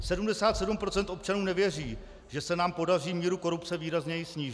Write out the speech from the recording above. Sedmdesát sedm procent občanů nevěří, že se nám podaří míru korupce výrazněji snížit.